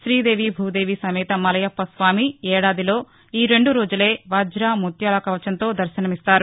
తీదేవి భూదేవి సమేత మలయప్పస్వామి ఏడాదిలో ఈ రెండు రోజులే వజ ముత్యాల కవచంతో దర్శనం ఇస్తారు